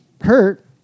hurt